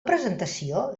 presentació